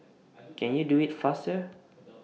can you do IT faster